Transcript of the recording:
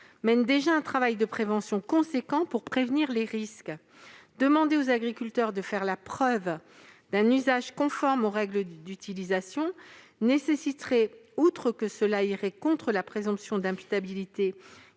mène déjà un travail de prévention important pour prévenir les risques. Demander aux agriculteurs de faire la preuve d'un usage conforme aux règles d'utilisation nécessiterait, outre que cela irait contre la présomption d'imputabilité